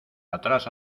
atrás